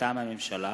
מטעם הממשלה,